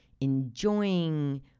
enjoying